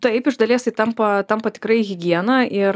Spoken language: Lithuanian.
taip iš dalies tai tampa tampa tikrai higiena ir